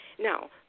Now